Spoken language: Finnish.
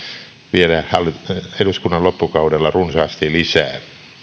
vielä eduskunnan loppukaudella runsaasti lisää